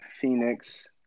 Phoenix